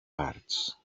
parts